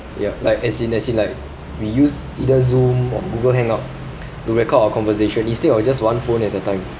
ya like as in as in like we use either zoom or google hangout to record our conversation instead of just one phone at a time